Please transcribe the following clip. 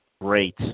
Great